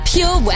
Pure